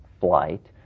flight